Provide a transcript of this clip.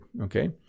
okay